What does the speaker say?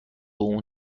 اون